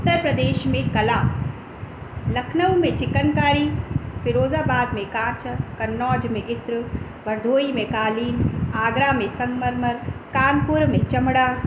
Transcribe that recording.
उत्तर प्रदेश में कला लखनऊ में चिकनकारी फिरोजाबाद में कांच कनौज में इत्र हरदोई में कालीन आगरा में संगमरमर कानपुर में चमिड़ा